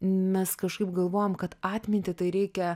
mes kažkaip galvojam kad atmintį tai reikia